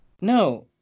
No